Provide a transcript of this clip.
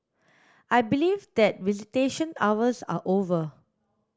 I believe that visitation hours are over